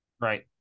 Right